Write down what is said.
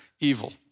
evil